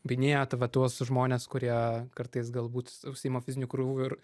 minėjot va tuos žmones kurie kartais galbūt užsiima fiziniu krūviu ir